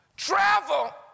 travel